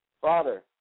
Father